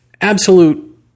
absolute